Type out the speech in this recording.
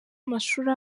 amashuri